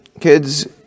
kids